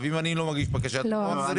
אם אני לא מגיש בקשה אתם לא מחזירים.